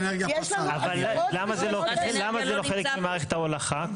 אבל למה זה לא חלק ממערכת ההולכה?